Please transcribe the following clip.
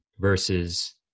versus